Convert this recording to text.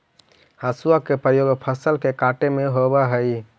हसुआ के प्रयोग फसल के काटे में होवऽ हई